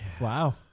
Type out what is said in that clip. Wow